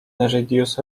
reduce